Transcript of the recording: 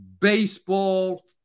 baseball